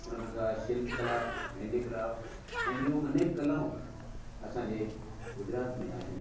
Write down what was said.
उन खां सवाइ शिल्प कला हेंडीक्राफ्ट ऐ ॿियूं अनेक कलाऊं असांजे गुजरात में आहिनि